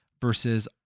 versus